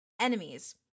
enemies